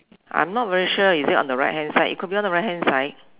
I'm not very sure is it on the right hand side it could be on the right hand side